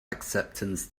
acceptance